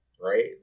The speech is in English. right